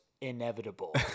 inevitable